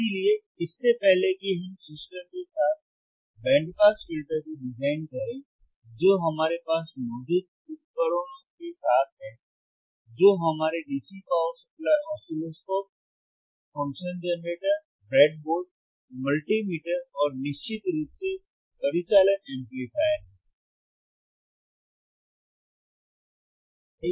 इसलिए इससे पहले कि हम सिस्टम के साथ बैंड पास फिल्टर को डिजाइन करें जो हमारे पास मौजूद उपकरणों के साथ है जो हमारे DC power supply oscilloscope function generator breadboard multimeter और निश्चित रूप से परिचालन एम्पलीफायर है